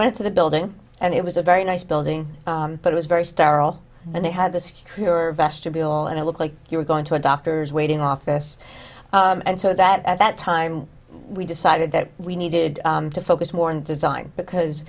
went to the building and it was a very nice building but it was very sterile and they had the secure vestibule and it looked like he was going to a doctor's waiting office and so that at that time we decided that we needed to focus more on design because